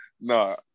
No